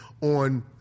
on